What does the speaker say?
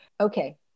Okay